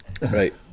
right